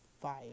fire